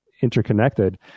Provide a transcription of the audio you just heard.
interconnected